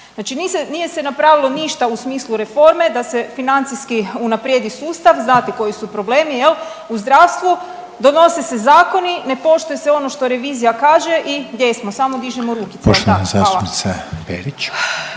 Znači nije se napravilo ništa i smislu reforme da se financijski unaprijedi sustav, znate koji su problemi, je li, u zdravstvu, donose se zakoni, ne poštuje se ono što revizija kaže i gdje smo, samo dižemo rukice, je li također,? Hvala.